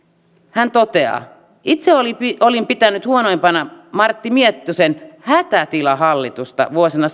hän toteaa että itse oli pitänyt huonoimpana martti miettusen hätätilahallitusta vuosina